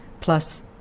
plus